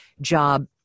job